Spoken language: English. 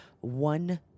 one